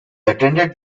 attended